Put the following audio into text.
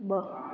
ब॒